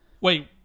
Wait